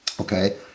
Okay